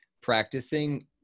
practicing